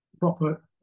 proper